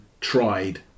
tried